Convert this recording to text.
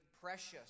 precious